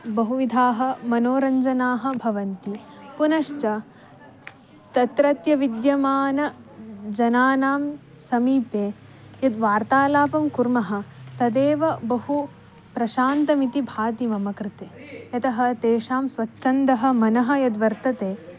बहुविधाः मनोरञ्जनाः भवन्ति पुनश्च तत्रत्यविद्यमानजनानां समीपे यद् वार्तालापं कुर्मः तदेव बहु प्रशान्तमिति भाति मम कृते यतः तेषां स्वच्छन्दं मनः यद् वर्तते